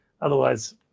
otherwise